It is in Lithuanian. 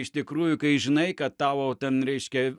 iš tikrųjų kai žinai kad tau ten reiškia